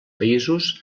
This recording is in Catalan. països